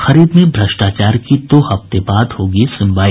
खरीद में भ्रष्टाचार की दो हफ्ते बाद होगी सुनवाई